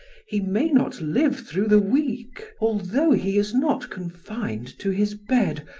he may not live through the week, although he is not confined to his bed,